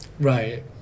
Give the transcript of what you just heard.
Right